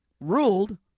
ruled